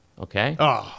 okay